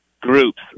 groups